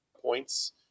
points